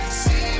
see